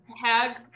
hag